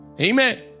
Amen